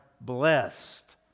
blessed